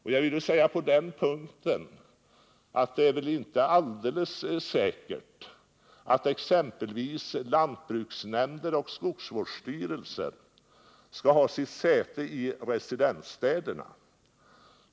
På den punkten vill jag säga att det väl inte är alldeles säkert att exempelvis lantbruksnämnder och skogsvårdsstyrelser skall ha sitt säte i residensstäderna.